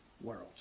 world